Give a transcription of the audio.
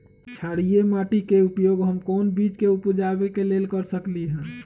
क्षारिये माटी के उपयोग हम कोन बीज के उपजाबे के लेल कर सकली ह?